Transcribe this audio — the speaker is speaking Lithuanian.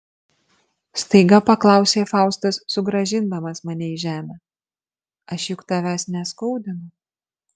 staiga paklausė faustas sugrąžindamas mane į žemę aš juk tavęs neskaudinu